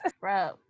Bro